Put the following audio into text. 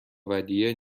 ودیعه